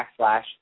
backslash